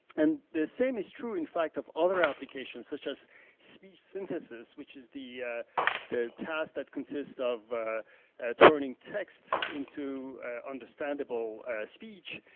and the same is true in fact of other applications, such as speech synthesis, which is the the task that consists of turning texts into understandable speech,